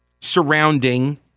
surrounding